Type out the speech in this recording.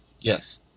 Yes